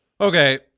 Okay